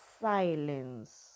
silence